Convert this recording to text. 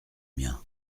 mien